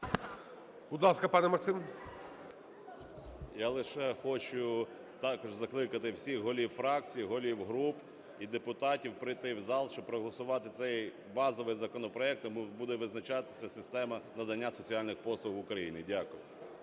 Я лише хочу також закликати всіх голів фракцій, голів груп і депутатів прийти в зал, щоб проголосувати цей базовий законопроект, яким буде визначатися система надання соціальних послуг в Україні. Дякую.